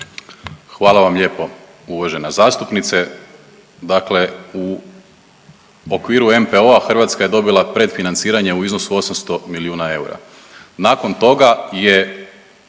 Hvala vam lijepo uvažena zastupnice. Dakle, u okviru NPO-a Hrvatska je dobila predfinanciranje u iznosu 800 milijuna eura. Nakon toga je